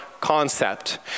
concept